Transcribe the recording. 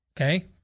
Okay